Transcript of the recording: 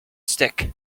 stick